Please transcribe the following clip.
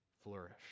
flourish